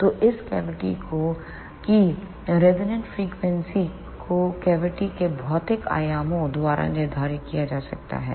तो इस कैविटी की रिजोनेंट फ्रिकवेंसी को कैविटी के भौतिक आयामों द्वारा निर्धारित किया जा सकता है